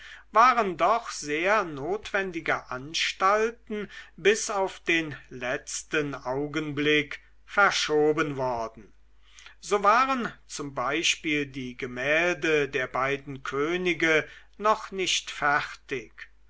waren doch sehr notwendige anstalten bis auf den letzten augenblick verschoben worden so waren zum beispiel die gemälde der beiden könige noch nicht fertig